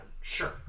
Sure